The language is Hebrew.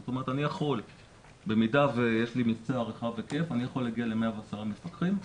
זאת אומרת אני יכול במידה שיש לי מבצע רחב היקף להגיע ל-110 מפקחים.